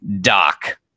doc